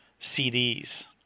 CDs